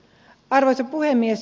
arvoisa puhemies